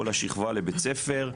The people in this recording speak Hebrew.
כל השכבה לבית הספר.